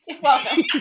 welcome